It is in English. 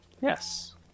Yes